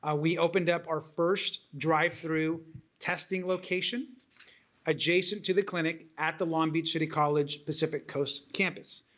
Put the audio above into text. ah we opened up our first drive-through testing location adjacent to the clinic at the long beach city college pacific coast campus.